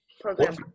program